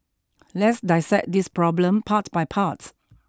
let's dissect this problem part by part